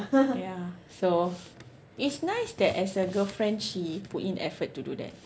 yeah so it's nice that as a girlfriend she put in effort to do that